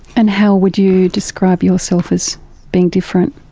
and how would you describe yourself as being different?